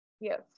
Yes